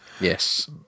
Yes